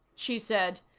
she said.